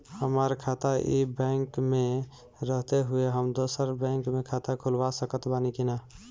हमार खाता ई बैंक मे रहते हुये हम दोसर बैंक मे खाता खुलवा सकत बानी की ना?